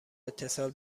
اتصال